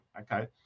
okay